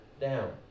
down